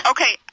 Okay